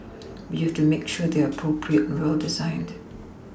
but you've to make sure they're appropriate and well designed